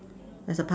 there's a Park